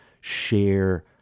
share